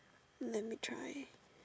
let me try